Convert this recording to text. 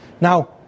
Now